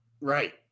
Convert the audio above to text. Right